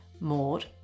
Maud